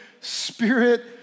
spirit